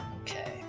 Okay